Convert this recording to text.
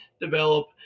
develop